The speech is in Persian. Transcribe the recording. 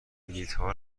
کلیدها